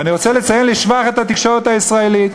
ואני רוצה לציין לשבח את התקשורת הישראלית: